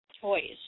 toys